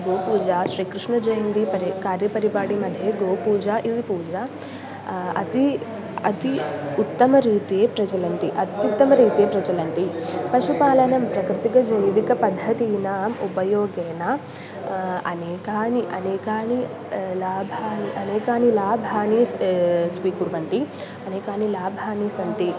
गोपूजा श्री कृष्णजयन्ती परि कार्यपरिपालनं मध्ये गोपूजा इति पूजा अति अति उत्तमरीत्या प्रचलन्ति अत्युत्तमरीत्या प्रचलन्ति पशुपालनं प्राकृतिकजैविकपद्धतीनाम् उपयोगेन अनेकानि अनेकानि लाभाः अनेकानि लाभाः स्वीकुर्वन्ति अनेकानि लाभाः सन्ति